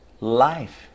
Life